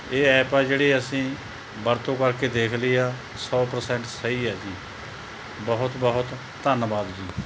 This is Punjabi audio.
ਇਹ ਐਪ ਆ ਜਿਹੜੀ ਅਸੀਂ ਵਰਤੋਂ ਕਰਕੇ ਦੇਖ ਲਈ ਹੈ ਸੌ ਪਰਸੈਂਟ ਸਹੀ ਹੈ ਜੀ ਬਹੁਤ ਬਹੁਤ ਧੰਨਵਾਦ ਜੀ